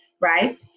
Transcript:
right